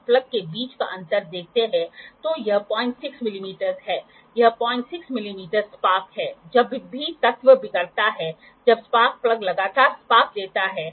तो यह reference plane है एक मशीन के हिस्से पर बैठा है जिसके लिए समतलता की सीधीता निर्धारित की जा सकती है इसलिए शायद यह यहाँ तक आ सकता है ठीक है ऐसा हो सकता है